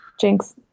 Jinx